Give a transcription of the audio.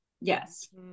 Yes